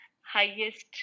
highest